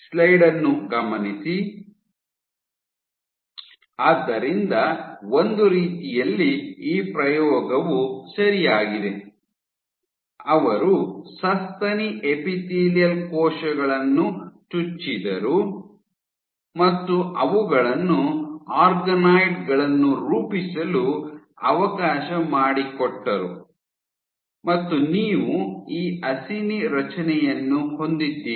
ಆದ್ದರಿಂದ ಒಂದು ರೀತಿಯಲ್ಲಿ ಈ ಪ್ರಯೋಗವು ಸರಿಯಾಗಿದೆ ಅವರು ಸಸ್ತನಿ ಎಪಿಥೇಲಿಯಲ್ ಕೋಶಗಳನ್ನು ಚುಚ್ಚಿದರು ಮತ್ತು ಅವುಗಳನ್ನು ಆರ್ಗನಾಯ್ಡ್ ಗಳನ್ನು ರೂಪಿಸಲು ಅವಕಾಶ ಮಾಡಿಕೊಟ್ಟರು ಮತ್ತು ನೀವು ಈ ಅಸಿನಿ ರಚನೆಯನ್ನು ಹೊಂದಿದ್ದೀರಿ